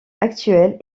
actuelle